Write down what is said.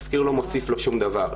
התסקיר לא מוסיף לו שום דבר,